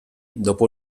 dopo